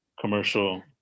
commercial